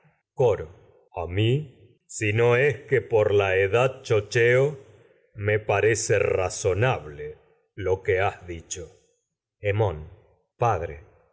coro a mi si es que por ia edad chocheo me parece razonable lo que has dicho a hemón padre